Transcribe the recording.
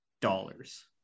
dollars